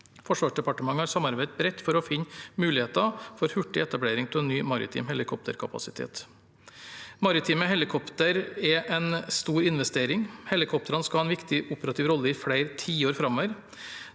Forsvarsdepartementet har samarbeidet bredt for å finne muligheter for hurtig etablering av ny maritim helikopterkapasitet. Maritime helikoptre er en stor investering. Helikoptrene skal ha en viktig operativ rolle i flere tiår framover.